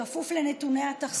בכפוף לנתוני התחלואה,